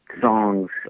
songs